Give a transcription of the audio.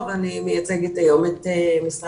עומד על 38 אחוזים של עבירות אלימות אבל כאשר נכנסים למגזר